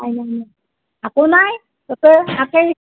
হয় নেকি একো নাই তাতে একেই